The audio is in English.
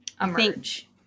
emerge